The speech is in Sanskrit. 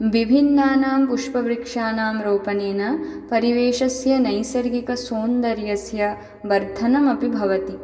विभिन्नानां पुष्पवृक्षाणां रोपणेन परिवेशस्य नैसर्गिकसौन्दर्यस्य वर्धनमपि भवति